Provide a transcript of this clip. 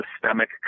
systemic